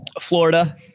Florida